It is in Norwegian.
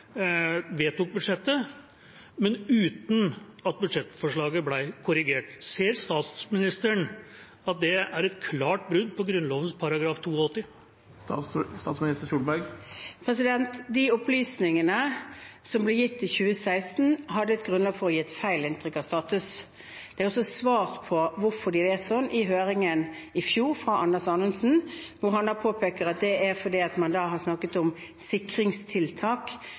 vedtok budsjettet, men uten at budsjettforslaget ble korrigert. Ser statsministeren at det er et klart brudd på Grunnloven § 82? De opplysningene som ble gitt i 2016, hadde et grunnlag for å gi et feil inntrykk av status. Det ble også svart på hvorfor det er sånn i høringen i fjor, av Anders Anundsen, hvor han påpeker at det er fordi man da har snakket om sikringstiltak,